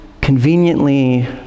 conveniently